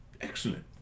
Excellent